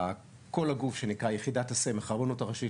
כל הגוף שנקרא יחידת הסמך הרבנות הראשית